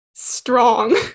strong